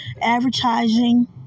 advertising